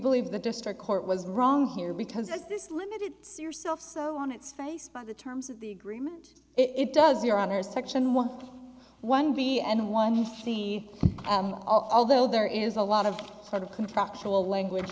believe the district court was wrong here because this limited series self so on its face by the terms of the agreement it does your honor section one one b and one fee although there is a lot of sort of contractual language